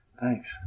Thanks